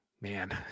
Man